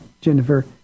Jennifer